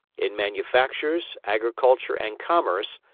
in manufactures, agriculture and commerce,